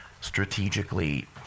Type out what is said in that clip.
strategically